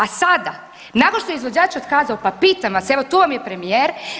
A sada, a sada nakon što je izvođač otkazao, pa pitam vas, evo tu vam je premijer.